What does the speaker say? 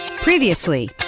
previously